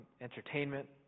entertainment